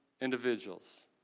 individuals